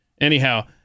Anyhow